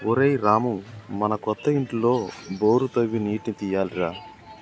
ఒరేయ్ రామూ మన కొత్త ఇంటిలో బోరు తవ్వి నీటిని తీయాలి రా